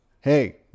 hey